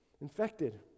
infected